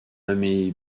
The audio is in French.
nommé